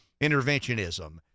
interventionism